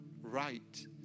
right